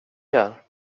här